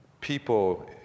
people